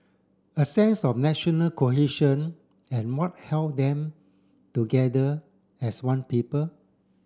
a sense of national cohesion and what held them together as one people